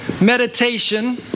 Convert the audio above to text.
meditation